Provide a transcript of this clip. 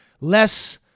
less